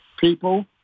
People